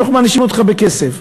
אנחנו מענישים אותך בכסף.